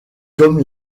comme